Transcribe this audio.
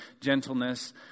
gentleness